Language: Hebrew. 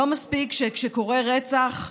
לא מספיק שכשקורה רצח,